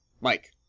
Mike